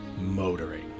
motoring